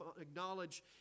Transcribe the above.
acknowledge